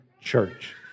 church